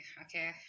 okay